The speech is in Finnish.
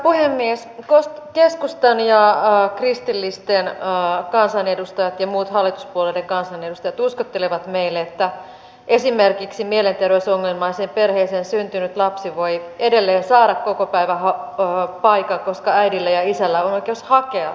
keskustan ja kristillisten kansanedustajat ja muut hallituspuolueiden kansanedustajat uskottelevat meille että esimerkiksi mielenterveysongelmaiseen perheeseen syntynyt lapsi voi edelleen saada kokopäiväpaikan koska äidillä ja isällä on oikeus hakea sitä